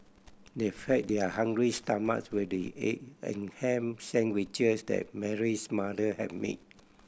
they fed their hungry stomachs with the egg and ham sandwiches that Mary's mother had made